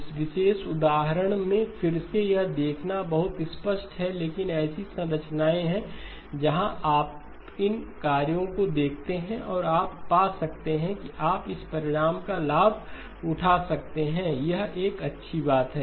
इस विशेष उदाहरण में फिर से यह देखना बहुत स्पष्ट है लेकिन ऐसी संरचनाएं हैं जहां आप इन कई कार्यों को देखते हैं और आप पा सकते हैं कि आप इस परिणाम का लाभ उठा सकते हैं यह एक अच्छी बात है